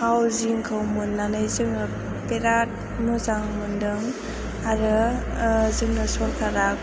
हाउसिंखौ मोननानै जोङो बिराद मोजां मोनदों आरो जोंनो सरकारा